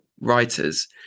writers